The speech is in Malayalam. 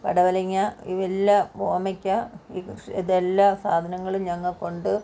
പടവലങ്ങ ഇവ എല്ലാ ഓമയ്ക്ക ഈ കൃഷി ഇതെല്ലാ സാധനങ്ങളും ഞങ്ങൾക്കുണ്ട്